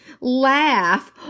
laugh